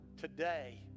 today